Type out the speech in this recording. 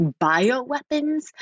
bioweapons